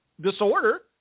disorder